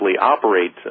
operate